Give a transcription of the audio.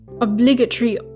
obligatory